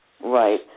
Right